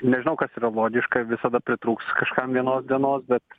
nežinau kas yra logiška visada pritrūks kažkam vienos dienos bet